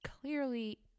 clearly